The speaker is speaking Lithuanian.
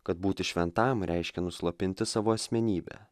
kad būti šventam reiškia nuslopinti savo asmenybę